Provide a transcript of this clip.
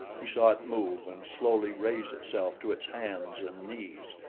he saw it move and slowly raise itself to its hands and knees,